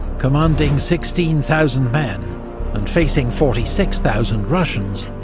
commanding sixteen thousand men and facing forty six thousand russians,